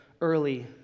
early